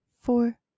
four